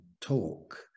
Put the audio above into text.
talk